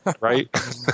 Right